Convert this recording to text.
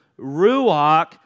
ruach